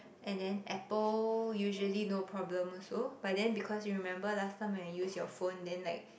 and then apple usually no problem also but then because you remember last time I use your phone then like